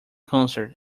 concert